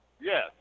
Yes